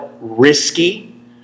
risky